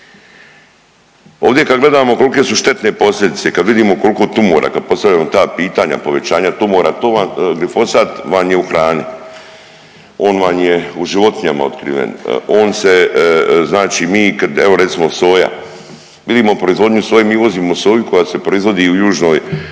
Ovdje kad gledamo kolke su štetne posljedice, kad vidimo koliko tumora, kad postavljamo ta pitanja povećanja tumora to vam glifosat vam je u hrani, on vam je u životinjama otkriven, on se znači mi kad evo recimo soja vidimo proizvodnju soje, mi uvozimo soju koja se proizvodi u Južnoj